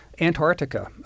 Antarctica